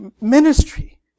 Ministry